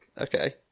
okay